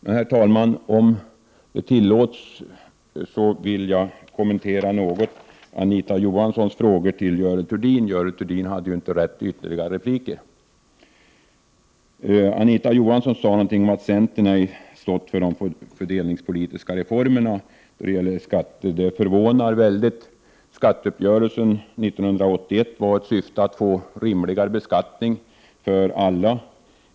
Om talmannen tillåter vill jag något kommentera Anita Johanssons fråga till Görel Thurdin, som inte hade rätt till ytterligare replik. Anita Johansson sade att centern inte stått för de fördelningspolitiska reformerna då det gäller skatter. Det uttalandet förvånade mig. Skatteuppgörelsen 1981 syftade till rimligare beskattning för alla.